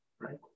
right